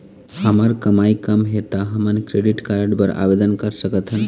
हमर कमाई कम हे ता हमन क्रेडिट कारड बर आवेदन कर सकथन?